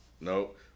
Nope